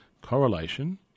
correlation